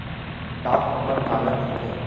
Top अपन काला कहिथे?